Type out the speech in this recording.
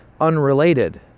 unrelated